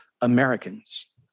Americans